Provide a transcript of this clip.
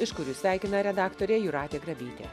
iš kur jus sveikina redaktorė jūratė grabytė